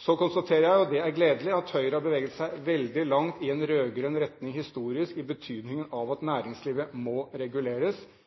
Så konstaterer jeg – og det er gledelig – at Høyre har beveget seg veldig langt i en rød-grønn retning historisk, i betydningen av at næringslivet må reguleres.